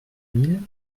mille